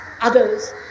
others